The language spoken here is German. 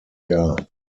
jahr